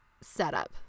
setup